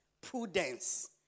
prudence